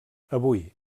avui